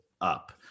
up